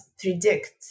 predict